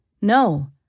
No